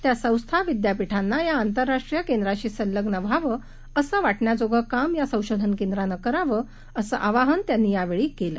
त्यासंस्था विद्यापीठांनायाआंतरराष्ट्रीयकेंद्रांशीसंलग्नव्हावंअसंवाटण्यासारखंकामयासंशोधनकेंद्रानंकरा वं असंआवाहनत्यांनीयावेळीकेलं